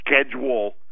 schedule